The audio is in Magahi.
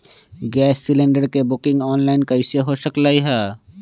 गैस सिलेंडर के बुकिंग ऑनलाइन कईसे हो सकलई ह?